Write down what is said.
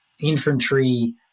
infantry